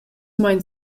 mein